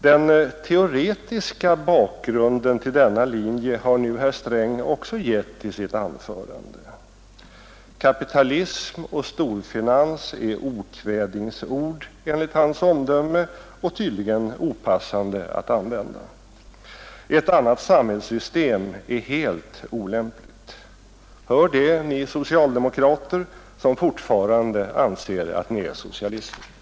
Den teoretiska bakgrunden till denna linje har nu herr Sträng också gett i sitt anförande. ”Kapitalism” och ”storfinans” är okvädinsord enligt hans omdöme och tydligen opassande att använda. ”Ett annat samhällssystem” är helt olämpligt. Hör det, ni socialdemokrater som fortfarande anser att ni är socialister!